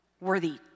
worthy